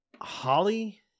Holly